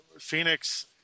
Phoenix